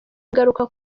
ingaruka